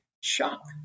shock